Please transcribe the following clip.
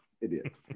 idiot